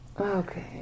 okay